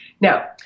Now